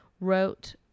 wrote